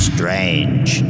Strange